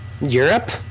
Europe